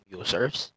users